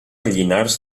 llinars